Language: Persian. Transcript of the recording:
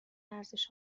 ارزش